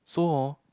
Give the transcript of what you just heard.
so hor